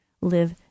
Live